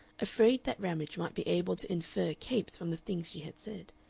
afraid that ramage might be able to infer capes from the things she had said,